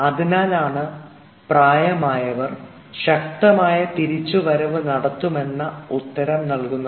അതിനാലാണ് പ്രായമായവർ അവർ ശക്തമായ തിരിച്ചുവരവ് നടത്തുമെന്ന ഉത്തരം നൽകുന്നത്